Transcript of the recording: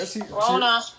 Corona